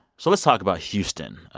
so let's talk about houston,